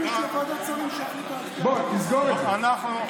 בוא, תסגור את זה.